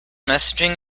messaging